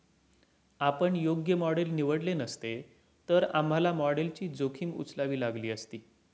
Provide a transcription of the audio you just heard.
आपण योग्य मॉडेल निवडले नसते, तर आम्हाला मॉडेलची जोखीम उचलावी लागली असती